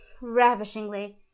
ravishingly